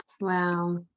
Wow